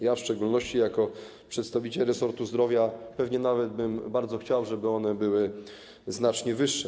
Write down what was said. Ja w szczególności jako przedstawiciel resortu zdrowia pewnie nawet bym bardzo chciał, żeby one były znacznie wyższe.